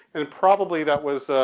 and probably that was,